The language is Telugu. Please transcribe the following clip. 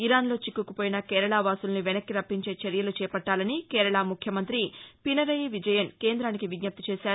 ఇరాన్లో చిక్కుకుపోయిన కేరళవాసుల్ని వెనక్కి రప్పించే చర్యలు చేపట్టాలని కేరళ ముఖ్యమంత్రి పినరయి విజయన్ కేంద్రానికి విజ్జప్తి చేశారు